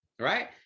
right